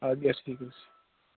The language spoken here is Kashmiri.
اَدٕ کیٛاہ ٹھیٖک حظ چھُ